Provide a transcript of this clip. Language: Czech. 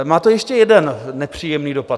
Má to ještě jeden nepříjemný dopad.